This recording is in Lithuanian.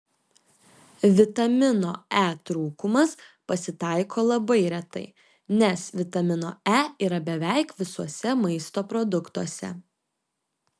vitamino e trūkumas pasitaiko labai retai nes vitamino e yra beveik visuose maisto produktuose